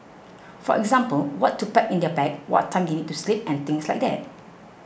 for example what to pack in their bag what time they need to sleep and things like that